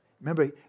Remember